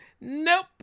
nope